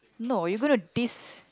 no you're going to dis~